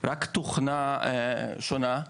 רק התוכנה שונה.